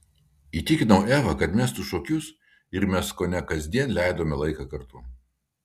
įtikinau evą kad mestų šokius ir mes kone kasdien leidome laiką kartu